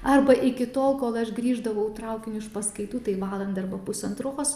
arba iki tol kol aš grįždavau traukiniu iš paskaitų tai valandą arba pusantros